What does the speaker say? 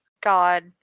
god